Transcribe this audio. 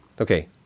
Okay